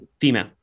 Female